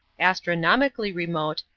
astronomically remote,